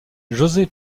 josé